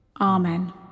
Amen